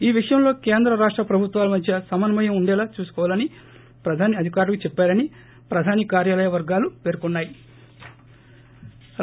ఈ విషయంలో కేంద్ర రాష్ట ప్రభుత్వాల మధ్య సమన్నయం ఉండేలా చూసుకోవాలని ప్రధాని అధికారులకు చెప్పారని ప్రధాని కార్యాలయ వర్గాలు పేర్కొన్నా యి